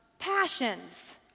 passions